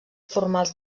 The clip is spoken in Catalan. formals